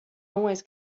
always